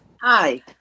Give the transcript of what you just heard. Hi